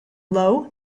low